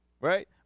right